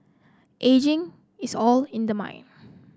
ageing is all in the mind